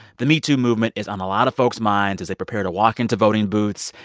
the metoo movement is on a lot of folks' minds as they prepare to walk into voting booths.